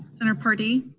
senator paradee?